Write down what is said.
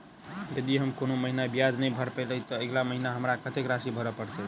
यदि हम कोनो महीना ब्याज नहि भर पेलीअइ, तऽ अगिला महीना हमरा कत्तेक राशि भर पड़तय?